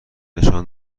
نشان